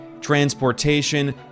transportation